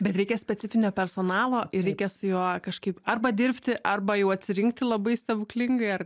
bet reikia specifinio personalo ir reikia su juo kažkaip arba dirbti arba jau atsirinkti labai stebuklingai ar